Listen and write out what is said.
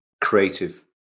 creative